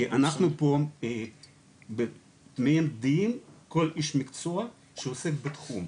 פה מיידעים כל איש מקצוע שעוסק בתחום,